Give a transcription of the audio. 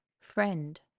Friend